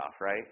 right